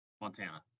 Montana